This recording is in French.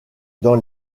dans